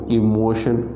emotion